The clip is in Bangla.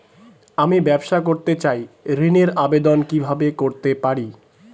আমি ব্যবসা করতে চাই ঋণের আবেদন কিভাবে করতে পারি?